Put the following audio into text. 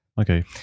Okay